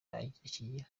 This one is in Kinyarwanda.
akigira